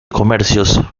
comercios